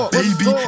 baby